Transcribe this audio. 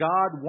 God